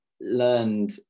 learned